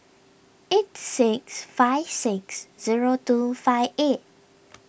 eight six five six zero two five eight